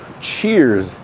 cheers